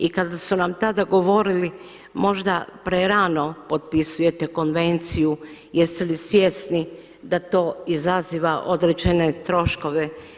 I kada su nam tada govorili možda prerano potpisujete Konvenciju jeste li svjesni da to izaziva određene troškove.